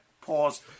pause